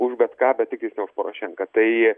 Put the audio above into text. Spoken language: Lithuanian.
už bet ką bet tiktais ne už porošenką tai